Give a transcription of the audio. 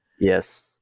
Yes